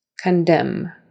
Condemn